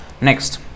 Next